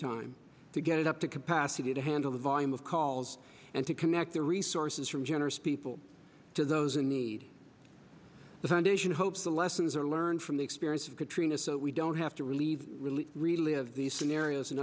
time to get it up to capacity to handle the volume of calls and to connect the resources from generous people to those in need the foundation hopes the lessons are learned from the experience of katrina so we don't have to relieve really relive these scenarios and